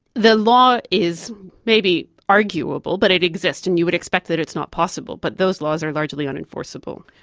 the law is maybe arguable, but it exists and you would expect that it's not possible, but those laws are largely unenforceable.